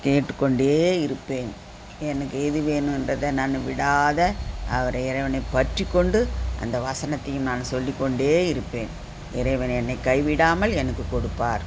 கேட்டு கொண்டே இருப்பேன் எனக்கு எது வேணும்ங்றத விடாது அவரை இறைவனை பற்றிக்கொண்டு அந்த வசனத்தையும் நான் சொல்லி கொண்டே இருப்பேன் இறைவன் என்னை கை விடாமல் எனக்கு கொடுப்பார்